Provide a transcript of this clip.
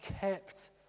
kept